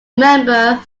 member